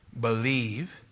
Believe